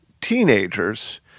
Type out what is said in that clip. teenagers